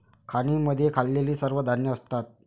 खाणींमध्ये खाल्लेली सर्व धान्ये असतात